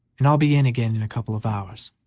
and i'll be in again in a couple of hours.